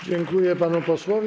Dziękuję panu posłowi.